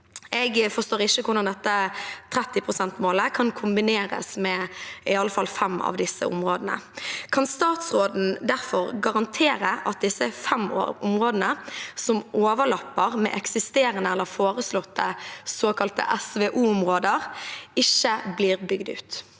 Jeg forstår ikke hvordan dette 30-prosentmålet kan kombineres med iallfall fem av disse områdene. Kan statsråden derfor garantere at disse fem områdene som overlapper med eksisterende eller foreslåtte såkalte SVO-områder, ikke blir bygd ut?